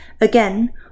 Again